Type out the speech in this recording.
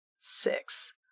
Six